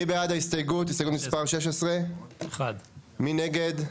הסתייגות מספר 16. הצבעה בעד, 1 נגד,